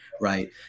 right